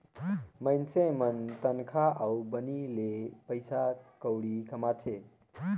मइनसे मन तनखा अउ बनी ले पइसा कउड़ी कमाथें